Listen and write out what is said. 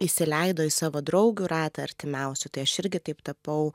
įsileido į savo draugių ratą artimiausių tai aš irgi taip tapau